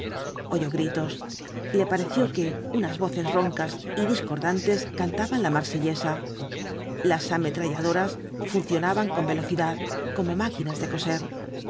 oyó gritos le pareció que unas voces roncas y discordantes cantaban la marsellesa las ametralladoras funcionaban con velocidad como máquinas de coser el